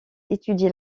étudier